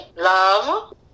love